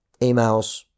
emails